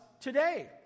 today